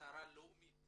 לאומית